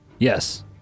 Yes